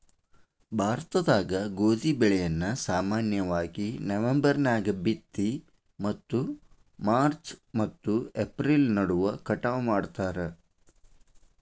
ಭಾರತದಾಗ ಗೋಧಿ ಬೆಳೆಯನ್ನ ಸಾಮಾನ್ಯವಾಗಿ ನವೆಂಬರ್ ನ್ಯಾಗ ಬಿತ್ತಿ ಮತ್ತು ಮಾರ್ಚ್ ಮತ್ತು ಏಪ್ರಿಲ್ ನಡುವ ಕಟಾವ ಮಾಡ್ತಾರ